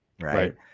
Right